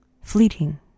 fleeting